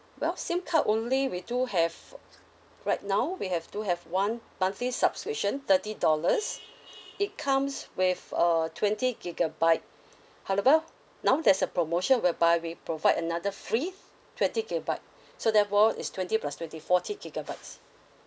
well SIM card only we do have right now we have do have one monthly subscription thirty dollars it comes with a twenty gigabyte however now there's a promotion whereby we provide another free twenty gigabyte so therefore it's twenty plus twenty forty gigabytes